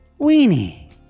weenie